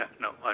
no